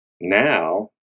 now